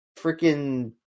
freaking